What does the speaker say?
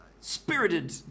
spirited